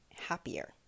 happier